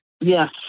Yes